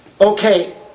Okay